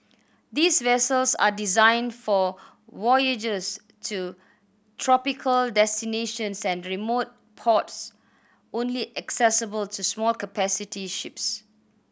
these vessels are designed for voyages to tropical destinations and remote ports only accessible to small capacity ships